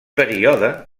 període